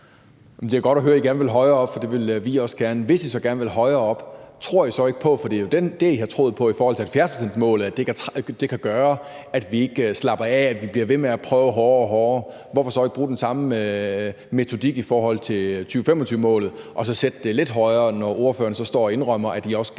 Det er godt at høre, at I gerne vil højere op, for det vil vi også gerne. Hvis I gerne vil højere op, tror I så ikke – for det er jo det, I har troet i forhold til 70-procentsmålet – at det kan gøre, at vi ikke slapper af, men at vi bliver ved med at prøve ihærdigt? Hvorfor så ikke bruge den samme metode i forhold til 2025-målet og så sætte det lidt højere, når ordføreren står og indrømmer, at I også gerne så, at det